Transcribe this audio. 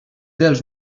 dels